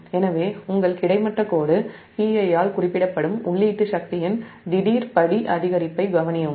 எனவே உங்கள் கிடைமட்ட கோடு Pi ஆல் குறிப்பிடப்படும் உள்ளீட்டு சக்தியின் திடீர் படி அதிகரிப்பைக் கவனியுங்கள்